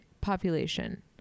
population